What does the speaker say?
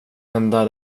enda